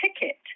ticket